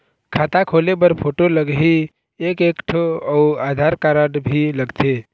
खाता खोले बर फोटो लगही एक एक ठो अउ आधार कारड भी लगथे?